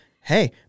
hey